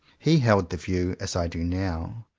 he held the view, as i do now,